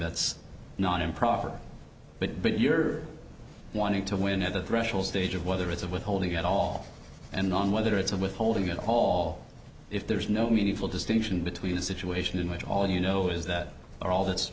that's not improper but but you're wanting to win at the threshold stage of whether it's of withholding at all and on whether it's of withholding at all if there's no meaningful distinction between a situation in which all you know is that all th